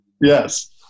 Yes